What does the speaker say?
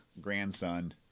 grandson